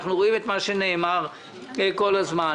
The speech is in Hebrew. אנחנו רואים את מה שנאמר כל הזמן.